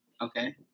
okay